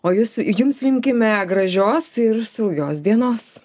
o jus jums linkime gražios ir saugios dienos